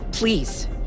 Please